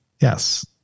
Yes